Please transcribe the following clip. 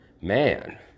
Man